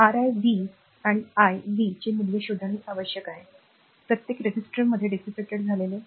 Ri V आणि i b चे मूल्ये शोधणे आवश्यक आहेप्रत्येक रेझिस्टर मध्ये नष्ट झाले